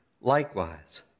likewise